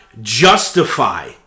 justify